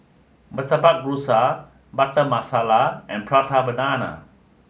Murtabak Rusa Butter Masala and Prata Banana